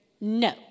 no